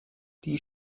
die